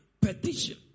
petition